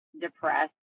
depressed